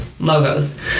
Logos